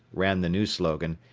ran the new slogan,